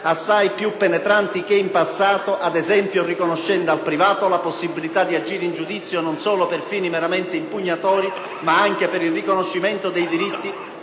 assai piupenetranti che in passato, ad esempio riconoscendo al privato la possibilita di agire in giudizio non solo per fini meramente impugnatori, ma anche per il riconoscimento dei diritti